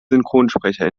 synchronsprecher